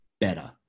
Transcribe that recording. better